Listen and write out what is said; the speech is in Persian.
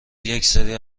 یکسری